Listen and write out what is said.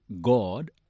God